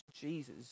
Jesus